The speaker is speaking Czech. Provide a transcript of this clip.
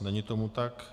Není tomu tak.